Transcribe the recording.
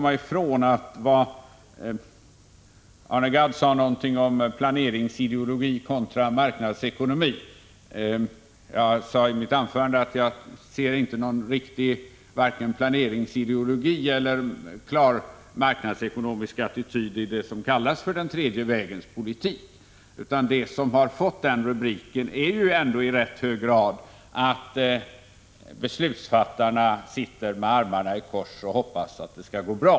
Arne Gadd sade någonting om planeringsideologi kontra marknadsekonomi. Jag sade tidigare att jag inte kan se vare sig någon planeringsideologi eller någon marknadsekonomisk attityd i det som kallas för den tredje vägens politik. Bakom den rubriken ryms en politik där beslutsfattarna sitter med armarna i kors och hoppas att det skall gå bra.